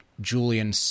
Julian